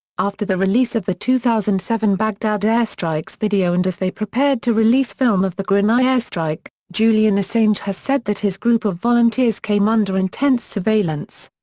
after the release of the two thousand and seven baghdad airstrikes video and as they prepared to release film of the granai airstrike, julian assange has said that his group of volunteers came under intense surveillance.